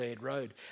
Road